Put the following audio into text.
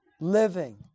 living